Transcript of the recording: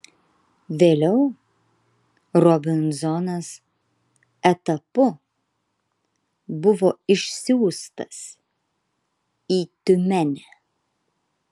vėliau robinzonas etapu buvo išsiųstas į tiumenę